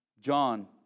John